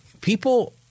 people